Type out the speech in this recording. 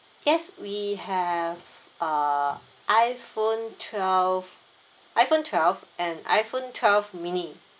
yes we have err iPhone twelve iPhone twelve and iPhone twelve mini